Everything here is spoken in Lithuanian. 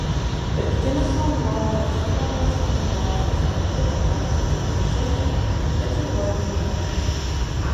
pirktinis vanduo tuose namuose naudojamas ne tik troškuliui malšinti bet ir valgiui ruošti